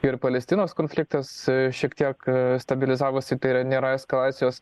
ir palestinos konfliktas šiek tiek stabilizavosi tai yra nėra eskalacijos